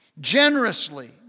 Generously